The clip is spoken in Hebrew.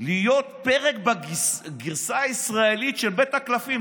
להיות פרק בגרסה הישראלית של בית הקלפים.